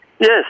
Yes